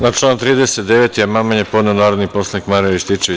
Na član 39. amandman je podneo narodni poslanik Marijan Rističević.